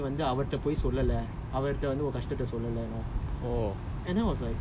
and then he was like he like in Anjaneyar to me ஏன் வந்து நீ அவர்டே போய் சொல்லலே:yen vanthu nee avartae poi sollalae